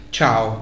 Ciao